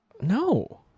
No